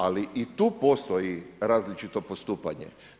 Ali i tu postoji različito postupanje.